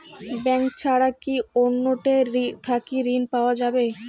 Bank ছাড়া কি অন্য টে থাকি ঋণ পাওয়া যাবে?